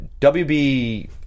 WB